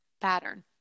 pattern